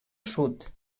sud